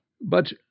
But